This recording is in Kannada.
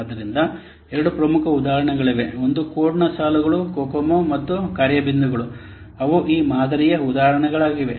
ಆದ್ದರಿಂದ ಎರಡು ಪ್ರಮುಖ ಉದಾಹರಣೆಗಳಿವೆ ಒಂದು ಈ ಕೋಡ್ನ ಸಾಲುಗಳ ಕೊಕೊಮೊ ಮತ್ತು ಕಾರ್ಯ ಬಿಂದುಗಳು ಅವು ಈ ಮಾದರಿಗಳ ಉದಾಹರಣೆಗಳಾಗಿವೆ